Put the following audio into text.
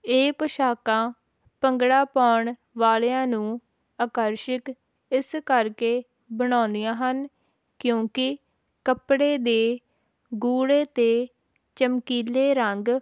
ਇਹ ਪੁਸ਼ਾਕਾਂ ਭੰਗੜਾ ਪਾਉਣ ਵਾਲਿਆਂ ਨੂੰ ਆਕਰਸ਼ਕ ਇਸ ਕਰਕੇ ਬਣਾਉਂਦੀਆਂ ਹਨ ਕਿਉਂਕਿ ਕੱਪੜੇ ਦੇ ਗੂੜੇ ਅਤੇ ਚਮਕੀਲੇ ਰੰਗ